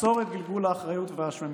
מסורת גלגול האחריות והאשמים.